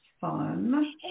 fun